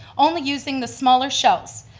only using the smaller shows.